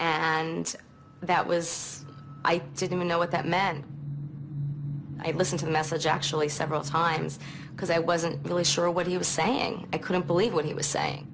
and that was i didn't know what that men listen to the message actually several times because i wasn't really sure what he was saying i couldn't believe what he was saying